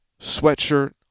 sweatshirt